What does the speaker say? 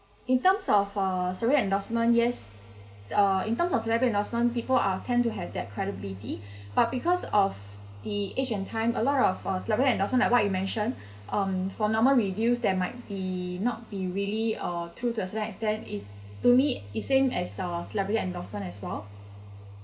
in terms of uh celebrity endorsement yes uh in terms of celebrity endorsement people are tend to have that credibility but because of the age and time a lot of uh celebrity endorsement like what you mention um for number reviews that might be not be really uh true to certain extent it to me it's same as celebrity endorsement as well